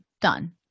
done